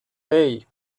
hey